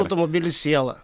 automobilis sielą